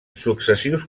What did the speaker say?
successius